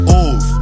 off